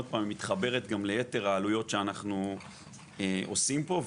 היא מתחברת ליתר העלויות שאנחנו עושים פה.